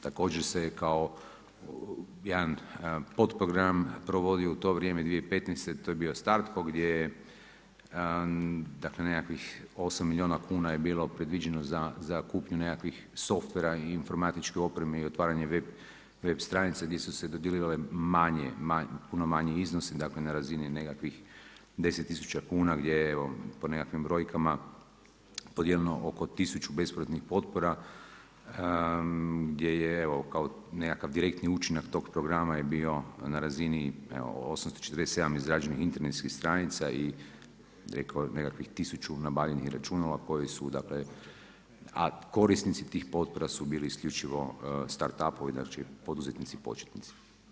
Također se kao jedan potprogram provodio u to vrijeme 2015. to je bio … gdje je nekakvih 8 milijuna kuna je bilo predviđeno za kupnju nekakvih softvera i informatičke opreme i otvaranje web stranice gdje su se dodjeljivali puno manji iznosi, dakle na razini nekakvih 10 tisuća kuna gdje je po nekakvim brojkama podijeljeno oko tisuću bespovratnih potpora gdje je evo kao nekakav direktni učinak tog programa je bio na razini 847 izrađenih internetskih stranica i nekakvih tisuću nabavljenih računala koji su korisnici tih potpora su isključivo start upovi znači poduzetnici početnici.